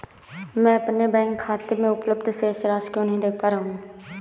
मैं अपने बैंक खाते में उपलब्ध शेष राशि क्यो नहीं देख पा रहा हूँ?